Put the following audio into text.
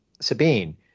Sabine